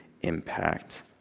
impact